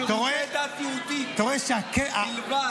שירותי דת יהודית בלבד.